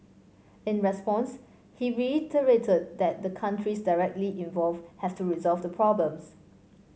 in response he reiterated that the countries directly involved have to resolve the problems